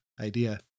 idea